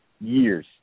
years